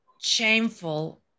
shameful